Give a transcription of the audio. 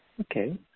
Okay